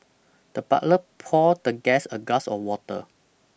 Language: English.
the butler poured the guest a glass of water